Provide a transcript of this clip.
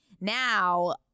Now